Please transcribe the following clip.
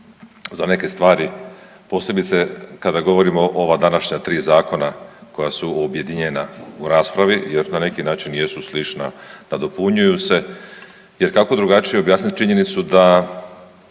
za neke stvari posebice kada govorimo o ova današnja 3 zakona koja su objedinjena u raspravi jer na neki način jesu slična, nadopunjuju se jer kako drugačije objasniti činjenicu da